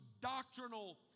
doctrinal